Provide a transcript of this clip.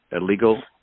illegal